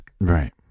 Right